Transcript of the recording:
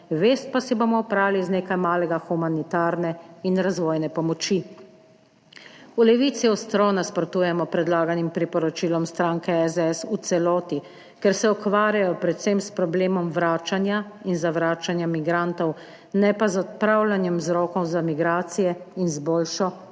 vest pa si bomo oprali z nekaj malega humanitarne in razvojne pomoči. V Levici ostro nasprotujemo predlaganim priporočilom stranke SDS v celoti, ker se ukvarjajo predvsem s problemom vračanja in zavračanja migrantov, ne pa z odpravljanjem vzrokov za migracije in z boljšo,